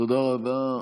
תודה רבה.